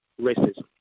racism